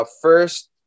first